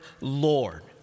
Lord